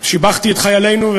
שיבחתי את חיילינו,